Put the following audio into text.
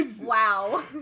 Wow